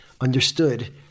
understood